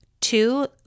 Two